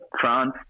France